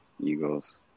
Eagles